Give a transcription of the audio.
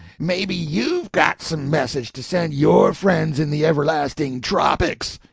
maybe you've got some message to send your friends in the everlasting tropics!